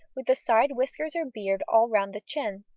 with the side whiskers or beard all round the chin.